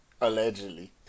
allegedly